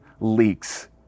leaks